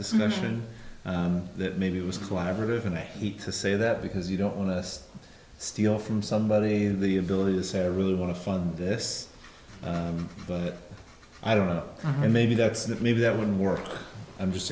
notion that maybe it was collaborative and i hate to say that because you don't want to steal from somebody the ability to say i really want to fund this but i don't know maybe that's not maybe that wouldn't work i'm just